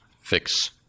fix